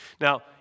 Now